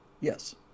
Yes